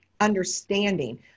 understanding